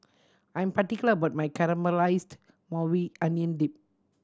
I'm particular about my Caramelized Maui Onion Dip